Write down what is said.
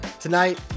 Tonight